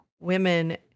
women